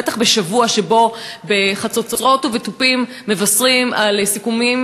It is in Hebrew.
בטח בשבוע שבו בחצוצרות ובתופים מבשרים על סיכומים